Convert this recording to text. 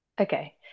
Okay